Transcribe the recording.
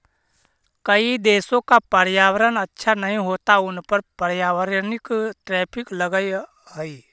कई देशों का पर्यावरण अच्छा नहीं होता उन पर पर्यावरणिक टैरिफ लगअ हई